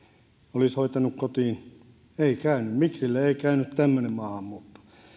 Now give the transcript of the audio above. olisi hoitanut kotiin ei käynyt migrille ei käynyt tämmöinen maahanmuutto